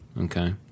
okay